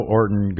Orton